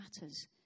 matters